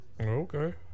Okay